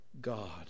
God